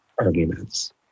arguments